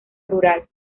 rural